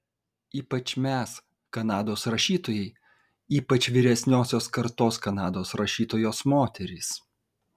ypač mes kanados rašytojai ypač vyresniosios kartos kanados rašytojos moterys